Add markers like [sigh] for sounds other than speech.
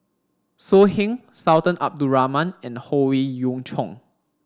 So Heng Sultan Abdul Rahman and Howe [unintelligible] Yoon Chong